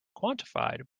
quantified